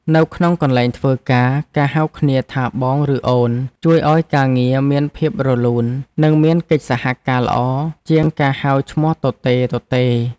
នៅក្នុងកន្លែងធ្វើការ ការហៅគ្នាថាបងឬអូនជួយឱ្យការងារមានភាពរលូននិងមានកិច្ចសហការល្អជាងការហៅឈ្មោះទទេៗ។